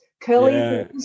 curly